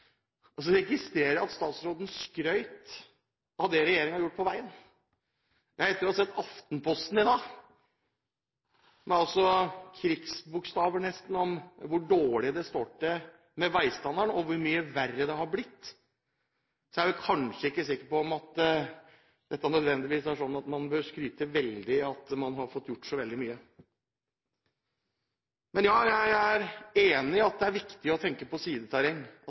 registrerer jeg at statsråden skrøt av det regjeringen har gjort på vei. Etter å ha sett Aftenposten i dag, som nesten med krigstyper beskriver hvor dårlig det står til med veistandarden og hvor mye verre det har blitt, er jeg ikke sikker på at det nødvendigvis er sånn at man bør skryte veldig av at man har fått gjort så veldig mye. Men ja, jeg er enig i at det er viktig å tenke på sideterreng,